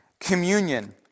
communion